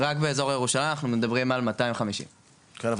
רק באזור ירושלים אנחנו מדברים על 250. כן.